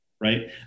right